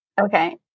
okay